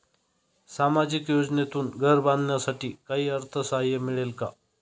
सामाजिक योजनेतून घर बांधण्यासाठी काही अर्थसहाय्य मिळेल का?